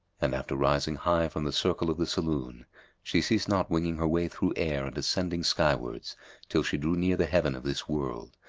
and after rising high from the circle of the saloon she ceased not winging her way through air and ascending skywards till she drew near the heaven of this world,